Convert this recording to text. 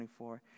24